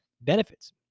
benefits